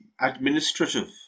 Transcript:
administrative